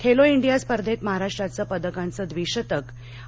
Khelo India स्पर्धेत राज्याचं महाराष्ट्राचं पदकांचं द्विशतक आणि